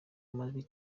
majwi